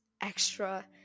extra